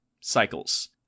cycles